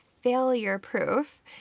failure-proof